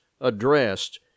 addressed